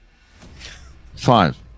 Five